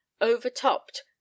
overtopped